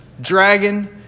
dragon